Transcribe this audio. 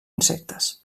insectes